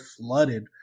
flooded